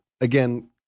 Again